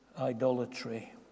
idolatry